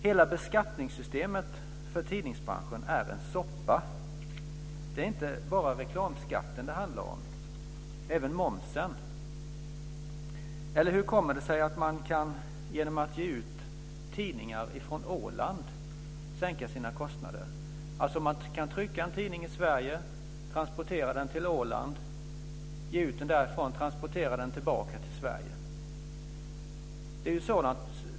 Hela beskattningssystemet för tidningsbranschen är en soppa. Det är inte bara reklamskatten det handlar om, utan även momsen. Hur kommer det sig att man genom att ge ut tidningar från Åland kan sänka sina kostnader? Man kan trycka en tidning i Sverige, transportera den till Åland, ge ut den där och transportera den tillbaka till Sverige.